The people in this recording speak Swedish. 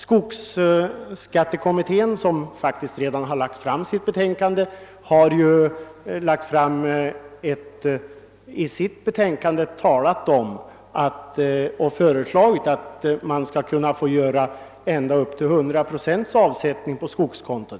Skogsskattekommittén, som redan lagt fram sitt betänkande, har föreslagit att man skall kunna få göra ända upp till 100 procents avsättning på skogskonto.